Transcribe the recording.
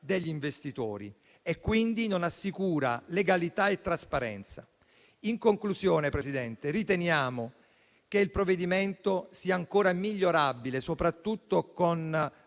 degli investitori e quindi non assicura legalità e trasparenza. In conclusione, Presidente, riteniamo che il provvedimento sia ancora migliorabile, soprattutto con